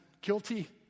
guilty